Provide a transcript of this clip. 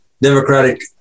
democratic